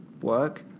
work